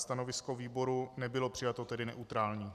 Stanovisko výboru nebylo přijato, tedy neutrální.